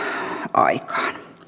aikaan